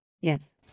Yes